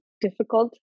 difficult